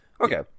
Okay